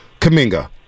Kaminga